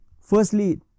firstly